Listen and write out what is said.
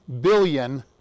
billion